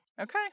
Okay